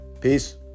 Peace